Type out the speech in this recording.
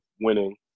winning